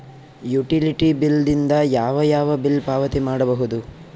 Utility bill ದಿಂದ ಯಾವ ಯಾವ ಬಿಲ್ ಪಾವತಿ ಮಾಡಬಹುದು?